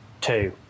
Two